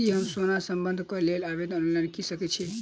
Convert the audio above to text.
की हम सोना बंधन कऽ लेल आवेदन ऑनलाइन कऽ सकै छी?